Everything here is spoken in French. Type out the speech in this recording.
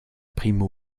primo